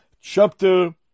chapter